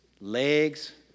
legs